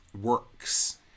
works